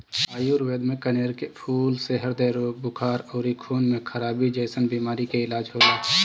आयुर्वेद में कनेर के फूल से ह्रदय रोग, बुखार अउरी खून में खराबी जइसन बीमारी के इलाज होला